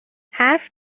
حرف